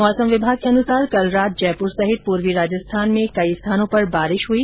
मौसम विभाग के अनुसार कल रात जयपुर सहित पूर्वी राजस्थान में कई स्थानों पर बारिश हुई